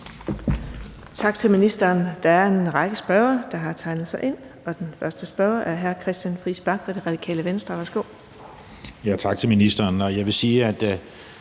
Tak til ministeren. Der er en række spørgere, der har tegnet sig ind, og den første spørger er hr. Christian Friis Bach fra Radikale Venstre. Værsgo.